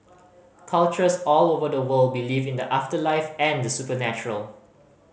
cultures all over the world believe in the afterlife and the supernatural